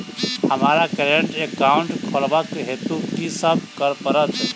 हमरा current account खोलेवाक हेतु की सब करऽ पड़त?